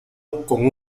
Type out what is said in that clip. con